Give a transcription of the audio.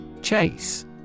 Chase